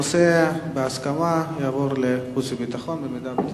הנושא יעבור לוועדת החוץ והביטחון לדיון המשך.